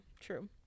true